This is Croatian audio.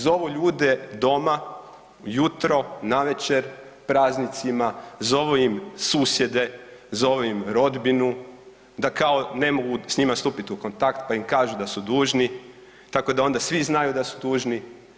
Zovu ljude doma ujutro, navečer, praznicima, zovu im susjede, zovu im rodbinu da kao ne mobu s njima stupiti u kontakt pa im kažu da su dužni tako da onda svi znaju da su dužni.